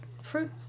fruit